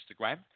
Instagram